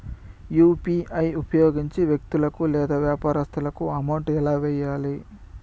UPI ఉపయోగించి వ్యక్తులకు లేదా వ్యాపారస్తులకు అమౌంట్ ఎలా వెయ్యాలి